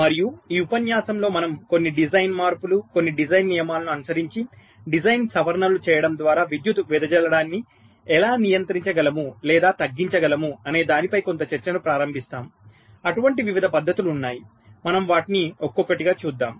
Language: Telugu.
మరియు ఈ ఉపన్యాసంలో మనం కొన్ని డిజైన్ మార్పులు కొన్ని డిజైన్ నియమాలను అనుసరించి డిజైన్ సవరణలు చేయడం ద్వారా విద్యుత్తు వెదజల్లడాన్ని ఎలా నియంత్రించగలము లేదా తగ్గించగలము అనే దానిపై కొంత చర్చను ప్రారంభిస్తాము అటువంటి వివిధ పద్ధతులు ఉన్నాయి మనము వాటిని ఒక్కొక్కటిగా చూద్దాం